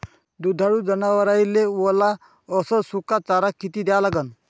दुधाळू जनावराइले वला अस सुका चारा किती द्या लागन?